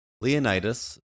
Leonidas